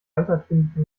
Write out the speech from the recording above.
altertümliche